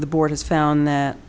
the board has found that